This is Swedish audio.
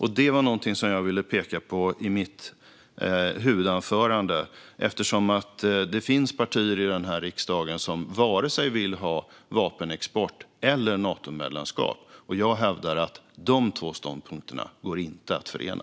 Det var någonting som jag ville peka på i mitt huvudanförande, eftersom det finns partier i denna riksdag som varken vill ha vapenexport eller Natomedlemskap. Jag hävdar att de två ståndpunkterna inte går att förena.